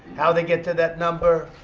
how they get to that number,